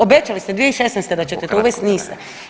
Obećali ste 2016. da ćete to uvesti, niste.